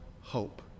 hope